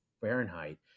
Fahrenheit